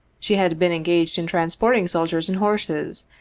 she had been engaged in transporting soldiers and horses,